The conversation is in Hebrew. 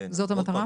זאת המטרה?